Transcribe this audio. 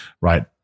right